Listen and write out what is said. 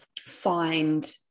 find